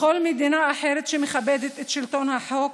בכל מדינה אחרת שמכבדת את שלטון החוק,